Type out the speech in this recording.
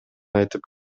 айтып